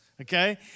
okay